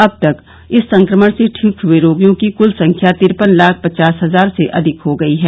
अब तक इस संक्रमण से ठीक हुए रोगियों की कुल संख्या तिरपन लाख पचास हजार से अधिक हो गई है